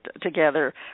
together